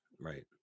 right